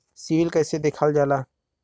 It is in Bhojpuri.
सिविल कैसे देखल जाला?